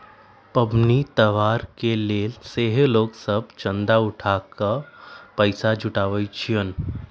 पबनि तिहार के लेल सेहो लोग सभ चंदा उठा कऽ पैसा जुटाबइ छिन्ह